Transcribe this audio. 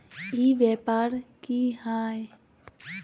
ई व्यापार की हाय?